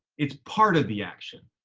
it's part of the action,